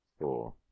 four